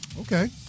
Okay